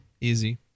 easy